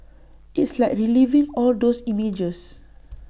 it's like reliving all those images